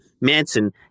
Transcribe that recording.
Manson